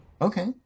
Okay